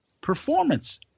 performance